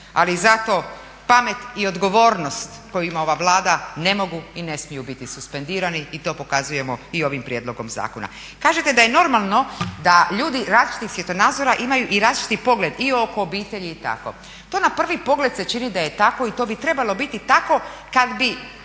Ali zato pamet i odgovornost koju ima ova Vlada ne mogu i ne smiju biti suspendirani i to pokazujemo i ovim prijedlogom zakona. Kažete da je normalno da ljudi različitih svjetonazora imaju i različiti pogled i oko obitelji tako. To na pravi pogled se čini da je tako i to bi trebalo biti tako kad bi